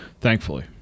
Thankfully